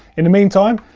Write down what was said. in the meantime,